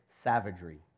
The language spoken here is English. savagery